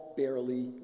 barely